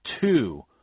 Two